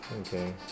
Okay